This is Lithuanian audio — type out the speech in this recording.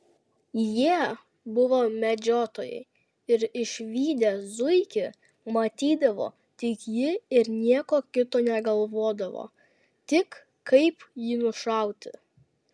jie buvo medžiotojai ir išvydę zuikį matydavo tik jį ir nieko kito negalvodavo tik kaip jį nušauti